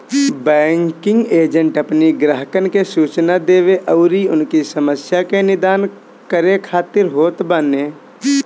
banking agent अपनी ग्राहकन के सूचना देवे अउरी उनकी समस्या के निदान करे खातिर होत बाने